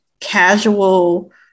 casual